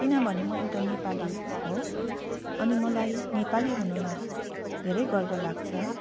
किनभने म एउटा नेपाली हो अनि मलाई नेपाली हुनुमा धेरै गर्व लाग्छ